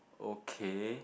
okay